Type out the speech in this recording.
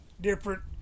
different